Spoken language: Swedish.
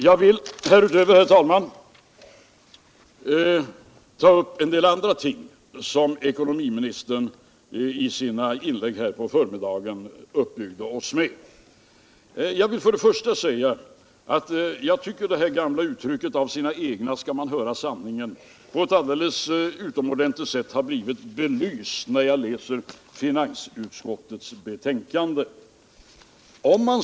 Jag vill, herr talman, ta upp en del andra ting som ekonomiministern i sina inlägg här på förmiddagen uppbyggde oss med. Först och främst tycker jag att det gamla uttrycket att av sina egna skall man höra sanningen på ett alldeles utomordentligt sätt har blivit belyst i finansutskottets betänkande nr 10.